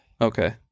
Okay